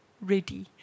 ready